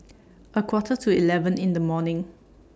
A Quarter to eleven in The morning